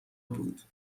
بود